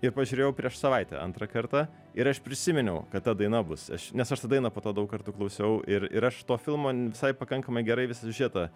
ir pažiūrėjau prieš savaitę antrą kartą ir aš prisiminiau kad ta daina bus aš nes aš tą dainą po to daug kartų klausiau ir ir aš to filmo visai pakankamai gerai visą siužetą